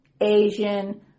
Asian